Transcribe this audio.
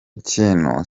kintu